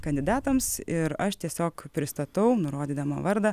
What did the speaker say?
kandidatams ir aš tiesiog pristatau nurodydama vardą